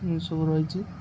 ସବୁ ରହଛିି